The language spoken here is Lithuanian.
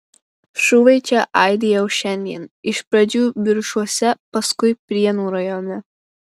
šūviai čia aidi jau šiandien iš pradžių biržuose paskui prienų rajone